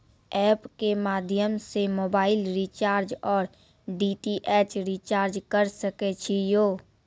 App के माध्यम से मोबाइल रिचार्ज ओर डी.टी.एच रिचार्ज करऽ सके छी यो?